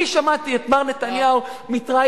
אני שמעתי את מר נתניהו, תודה.